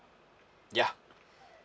ya